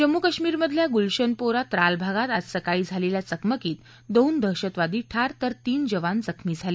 जम्मू कश्मीरमधल्या गुलशनपोरा त्राल भागात आज सकाळी झालेल्या चकमकीत दोन दहशतवादी ठार तर तीन जवान जखमी झाले